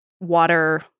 water